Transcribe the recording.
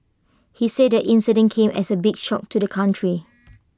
he said the incident came as A big shock to the country